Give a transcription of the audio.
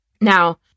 Now